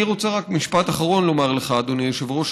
אני רוצה רק משפט אחרון לומר לך, אדוני היושב-ראש.